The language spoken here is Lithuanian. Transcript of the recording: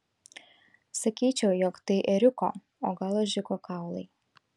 sakyčiau jog tai ėriuko o gal ožiuko kaulai